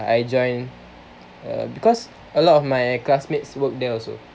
I join uh because a lot of my classmates work there also